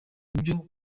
byo